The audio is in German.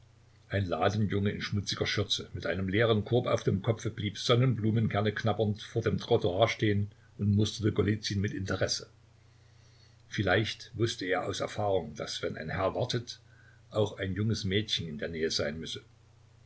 ein ladenjunge in schmutziger schürze mit einem leeren korb auf dem kopfe blieb sonnenblumenkerne knabbernd vor dem trottoir stehen und musterte golizyn mit interesse vielleicht wußte er aus erfahrung daß wenn ein herr wartet auch ein junges mädchen in der nähe sein müsse